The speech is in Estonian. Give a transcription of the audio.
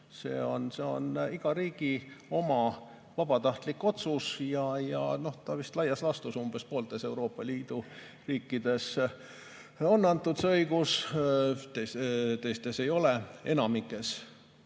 see on iga riigi vabatahtlik otsus. Laias laastus vist umbes pooltes Euroopa Liidu riikides on antud see õigus, teistes ei ole, enamikus,